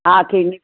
हा थींदी